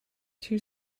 two